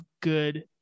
good